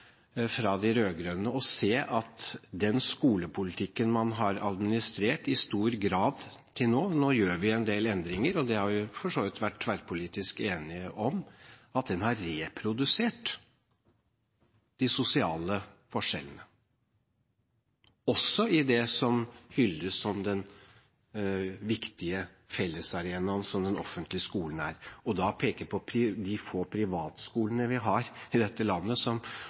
se at den skolepolitikken man har administrert i stor grad til nå – nå gjør vi en del endringer, og det har det for så vidt vært tverrpolitisk enighet om – har reprodusert de sosiale forskjellene i det som hylles som den viktige fellesarenaen som den offentlige skolen er. Når man peker på de få privatskolene vi har i dette landet som